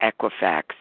Equifax